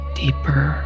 deeper